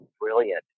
brilliant